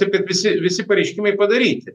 taip kad visi visi pareiškimai padaryti